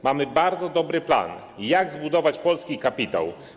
Mamy bardzo dobry plan, jak zbudować polski kapitał.